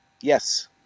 Yes